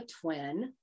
twin